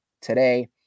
today